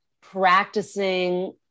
practicing